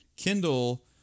Kindle